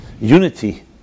unity